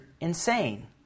insane